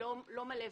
לא מלא ושלם.